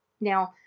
Now